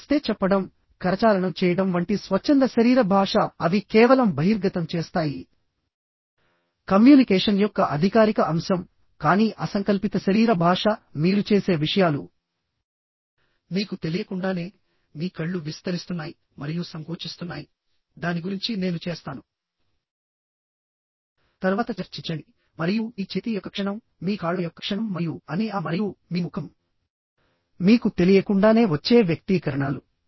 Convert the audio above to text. నమస్తే చెప్పడం కరచాలనం చేయడం వంటి స్వచ్ఛంద శరీర భాష అవి కేవలం బహిర్గతం చేస్తాయి కమ్యూనికేషన్ యొక్క అధికారిక అంశం కానీ అసంకల్పిత శరీర భాష మీరు చేసే విషయాలు మీకు తెలియకుండానే మీ కళ్ళు విస్తరిస్తున్నాయి మరియు సంకోచిస్తున్నాయిదాని గురించి నేను చేస్తాను తరువాత చర్చించండి మరియు మీ చేతి యొక్క క్షణం మీ కాళ్ళ యొక్క క్షణం మరియు అన్ని ఆ మరియు మీ ముఖం మీకు తెలియకుండానే వచ్చే వ్యక్తీకరణలు